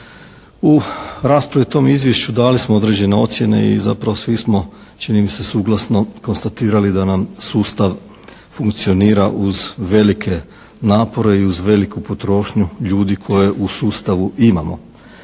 U raspravi o tom izvješću dali smo određene ocjene i zapravo svi smo čini mi se suglasno konstatirali da nam sustav funkcionira uz velike napore i uz veliku potrošnju ljudi koje u sustavu imamo.